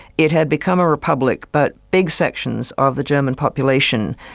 it had become a republic, but big sections of the german population,